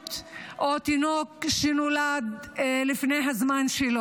מוגבלות או תינוק שנולד לפני הזמן.